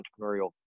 entrepreneurial